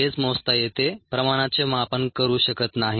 हेच मोजता येते प्रमाणाचे मापन करू शकत नाही